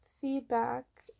feedback